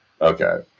Okay